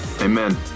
Amen